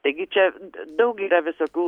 taigi čia daug yra visokių